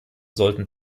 sollten